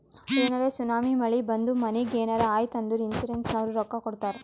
ಏನರೇ ಸುನಾಮಿ, ಮಳಿ ಬಂದು ಮನಿಗ್ ಏನರೇ ಆಯ್ತ್ ಅಂದುರ್ ಇನ್ಸೂರೆನ್ಸನವ್ರು ರೊಕ್ಕಾ ಕೊಡ್ತಾರ್